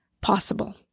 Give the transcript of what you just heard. possible